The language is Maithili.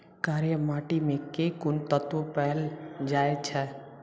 कार्य माटि मे केँ कुन तत्व पैल जाय छै?